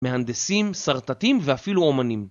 מהנדסים, סרטטים ואפילו אומנים.